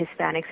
Hispanics